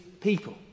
people